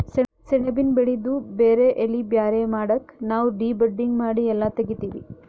ಸೆಣಬಿನ್ ಬೆಳಿದು ಬೇರ್ ಎಲಿ ಬ್ಯಾರೆ ಮಾಡಕ್ ನಾವ್ ಡಿ ಬಡ್ಡಿಂಗ್ ಮಾಡಿ ಎಲ್ಲಾ ತೆಗಿತ್ತೀವಿ